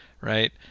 right